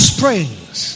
Springs